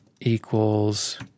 equals